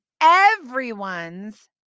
everyone's